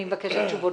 אני מבקשת תשובות.